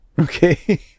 Okay